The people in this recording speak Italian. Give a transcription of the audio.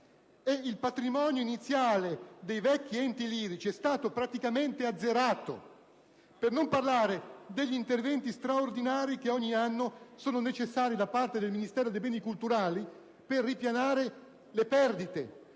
Il patrimonio iniziale dei vecchi enti lirici è stato praticamente azzerato. Per non parlare degli interventi straordinari che ogni anno sono necessari da parte del Ministero per i beni e le attività culturali per ripianare le perdite,